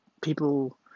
people